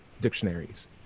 dictionaries